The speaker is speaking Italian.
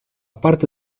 parte